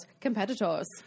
competitors